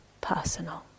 personal